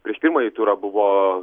prieš pirmąjį turą buvo